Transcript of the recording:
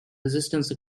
resistance